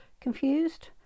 Confused